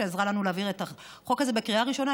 שעזרה לנו להעביר את החוק הזה בקריאה הראשונה.